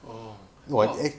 oh !wah!